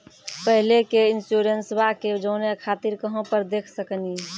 पहले के इंश्योरेंसबा के जाने खातिर कहां पर देख सकनी?